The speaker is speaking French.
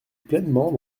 pleinement